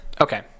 okay